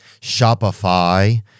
shopify